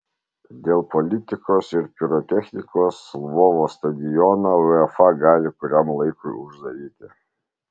dėl politikos ir pirotechnikos lvovo stadioną uefa gali kuriam laikui uždaryti